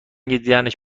دیدنش